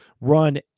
run